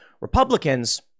Republicans